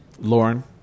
Lauren